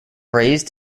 raised